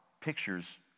pictures